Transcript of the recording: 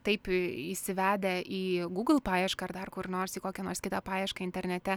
taip įsivedę į gūgl paiešką ar dar kur nors į kokią nors kitą paiešką internete